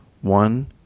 one